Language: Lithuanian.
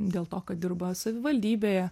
dėl to kad dirba savivaldybėje